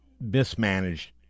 mismanaged